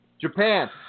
Japan